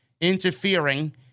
interfering